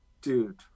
dude